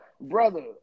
brother